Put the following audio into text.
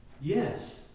Yes